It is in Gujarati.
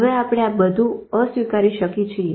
હવે આપણે આ બધું અસ્વીકારી શકી છીએ